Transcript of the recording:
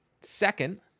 Second